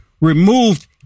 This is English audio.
removed